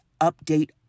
update